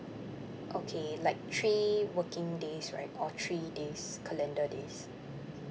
okay like three working days right or three days calendar days